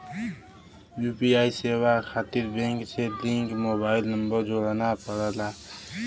UPI सेवा खातिर bank से लिंक मोबाइल नंबर जोड़ना पड़ला